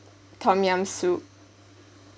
tom yum soup